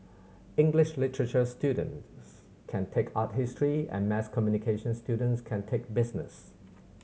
English literature students can take art history and mass communication students can take business